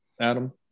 Adam